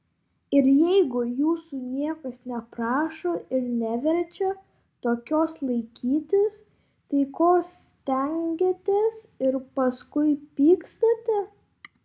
ir jeigu jūsų niekas neprašo ir neverčia tokios laikytis tai ko stengiatės ir paskui pykstate